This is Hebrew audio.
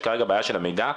יש כרגע בעיה של המידע,